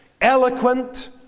eloquent